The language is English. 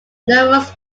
numerous